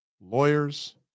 lawyers